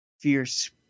fierce